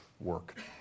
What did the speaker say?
work